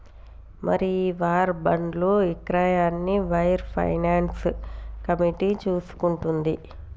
మరి ఈ వార్ బాండ్లు ఇక్రయాన్ని వార్ ఫైనాన్స్ కమిటీ చూసుకుంటుంది